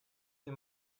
mir